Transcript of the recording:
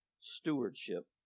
Stewardship